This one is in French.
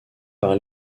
par